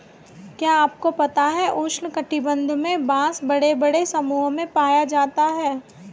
क्या आपको पता है उष्ण कटिबंध में बाँस बड़े बड़े समूहों में पाया जाता है?